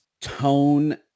tone